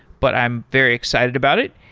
but i'm very excited about it.